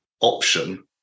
option